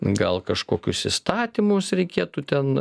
gal kažkokius įstatymus reikėtų ten